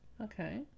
Okay